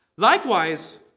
Likewise